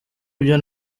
ibyo